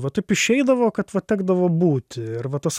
va taip išeidavo kad va tekdavo būti ir va tas